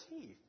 teeth